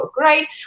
right